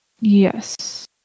yes